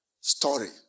story